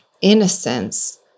innocence